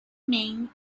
ming